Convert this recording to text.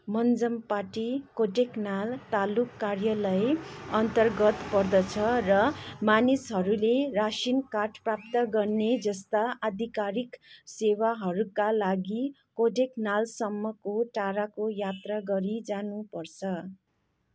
मञ्जमपट्टी कोडैकनाल तालुक कार्यालयअन्तर्गत पर्दछ र मानिसहरूले रासन कार्ड प्राप्त गर्ने जस्ता आधिकारिक सेवाहरूका लागि कोडैकनालसम्मको टाढाको यात्रा गरी जानुपर्छ